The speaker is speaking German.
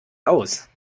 aus